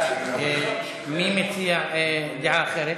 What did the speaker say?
מי מציע דעה אחרת?